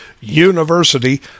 university